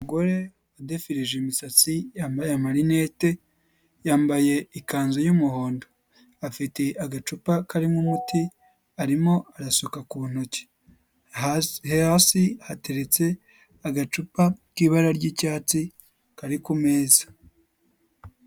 Umugore udefirije imisatsi yambaye amarinete, yambaye ikanzu y'umuhondo, afite agacupa karimo umuti arimo arasuka ku ntoki, hasi hateretse agacupa k'ibara ry'icyatsi kari ku meza.